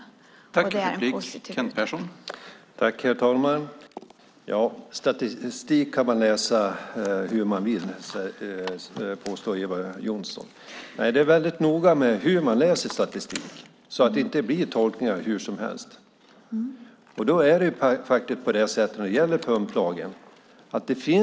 Det är en positiv utveckling.